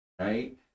right